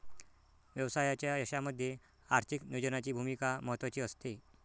व्यवसायाच्या यशामध्ये आर्थिक नियोजनाची भूमिका महत्त्वाची असते